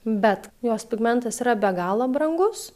bet jos pigmentas yra be galo brangus